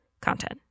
content